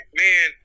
man